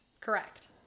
Correct